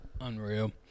unreal